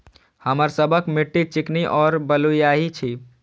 हमर सबक मिट्टी चिकनी और बलुयाही छी?